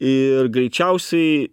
ir greičiausiai